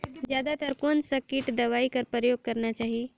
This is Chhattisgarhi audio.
जादा तर कोन स किट दवाई कर प्रयोग करना चाही?